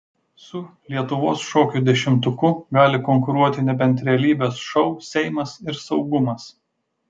su lietuvos šokių dešimtuku gali konkuruoti nebent realybės šou seimas ir saugumas